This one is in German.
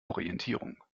orientierung